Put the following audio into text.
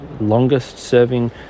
longest-serving